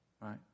Right